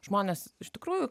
žmonės iš tikrųjų